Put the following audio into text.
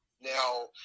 now